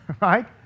Right